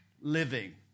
living